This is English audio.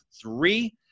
three